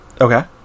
Okay